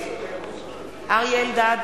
נגד אריה אלדד,